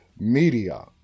media